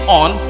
on